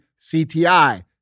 CTI